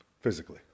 Physically